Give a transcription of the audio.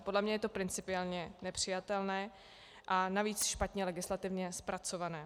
Podle mne je to principiálně nepřijatelné a navíc špatně legislativně zpracované.